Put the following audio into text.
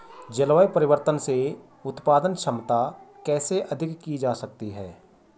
जलवायु परिवर्तन से उत्पादन क्षमता कैसे अधिक की जा सकती है?